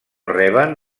reben